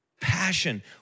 passion